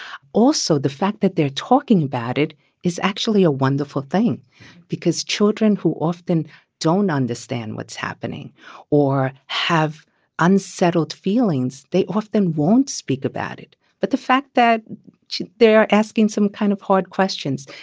also, the fact that they're talking about it is actually a wonderful thing because children who often don't understand what's happening or have unsettled feelings, they often won't speak about it. but the fact that they are asking some kind of hard questions,